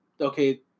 okay